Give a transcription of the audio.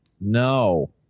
No